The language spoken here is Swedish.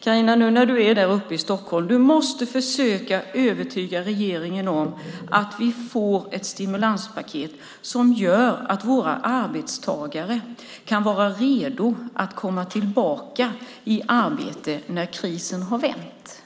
Carina, nu när du är uppe i Stockholm måste du försöka övertyga regeringen så att vi får ett stimulanspaket som gör att våra arbetstagare kan vara redo att komma tillbaka i arbete när krisen har vänt.